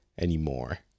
anymore